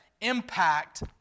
impact